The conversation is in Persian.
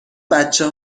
بچه